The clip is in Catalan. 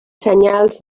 senyals